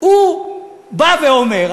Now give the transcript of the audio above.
הוא בא ואומר,